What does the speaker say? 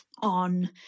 on